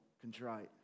contrite